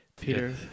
Peter